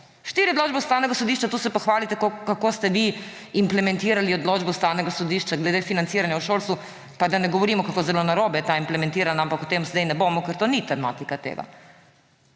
Štiri odločbe Ustavnega sodišča, tu se pa hvalite, kako ste vi implementirali odločbe Ustavnega sodišča glede financiranja v šolstvu. Pa da ne govorimo, kako zelo narobe je ta implementirana, ampak o tem zdaj ne bomo, ker to ni tematika tega.